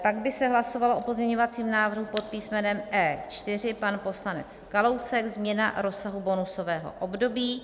Pak by se hlasovalo o pozměňovacím návrhu po písmenem E4 pan poslanec Kalousek, změna rozsahu bonusového období.